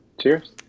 Cheers